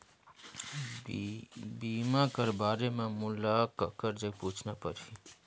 बीमा कर बारे मे मोला ककर जग पूछना परही?